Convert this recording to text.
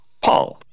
Pong